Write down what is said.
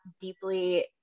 deeply